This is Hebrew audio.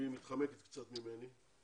היא מתחמקת קצת ממני,